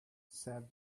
said